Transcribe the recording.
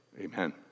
amen